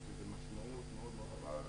שיש משמעות לדבר.